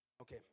Okay